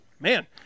Man